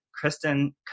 Kristen